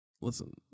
Listen